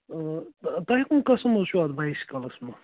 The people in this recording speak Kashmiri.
آ تۄہہِ کٕمہٕ قٕسٕم حظ چھُو اَتھ بایسِکٕلس منٛز